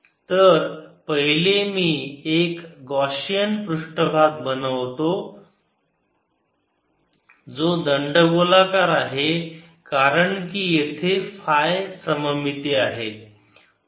तर पहिले मी एक गाशिअन पृष्ठभाग बनवतो जो दंडगोलाकार आहे कारण की येथे फाय सममिती आहे